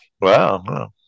Wow